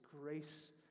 grace